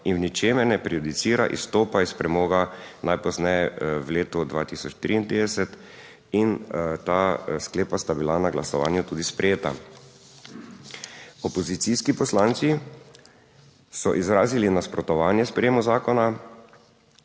in v ničemer ne prejudicira izstopa iz premoga najpozneje v letu 2033 in ta sklepa sta bila na glasovanju tudi sprejeta. Opozicijski poslanci so izrazili nasprotovanje sprejemu zakona.